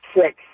Six